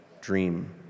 dream